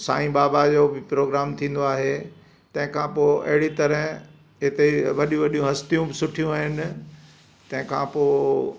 साईं बाबा जो बि प्रोग्राम थींदो आहे तंहिंखां पोइ अहिड़ी तरह हिते वॾी वॾी हस्तियूं बि सुठियूं आहिनि तंहिंखां पोइ